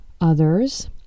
others